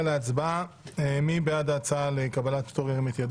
כרגע בסעיף על סדר-היום: בקשת יושב-ראש ועדת החוקה